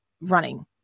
running